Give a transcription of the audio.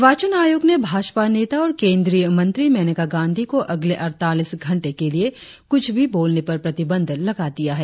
निर्वाचन आयोग ने भाजपा नेता और केंद्रीय मंत्री मेनका गांधी को अगले अड़तालीस घंटे के लिए कुछ भी बोलने पर प्रतिबंध लगा दिया है